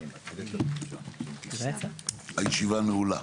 הישיבה נעולה.